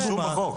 אותו.